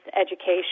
education